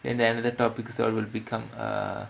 and then another topic will become a